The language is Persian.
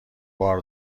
بار